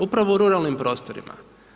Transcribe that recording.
Upravo u ruralnim prostorima.